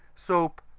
soap,